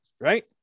right